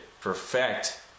perfect